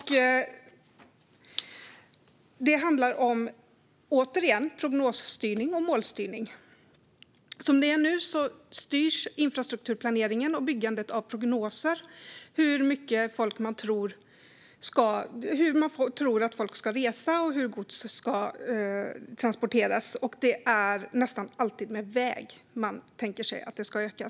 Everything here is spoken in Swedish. Det handlar återigen om prognos och målstyrning. Som det är nu styrs infrastrukturplaneringen och byggandet av prognoser av hur man tror att folk ska resa och hur gods ska transporteras. Man tänker sig nästan alltid att det ska öka på vägarna.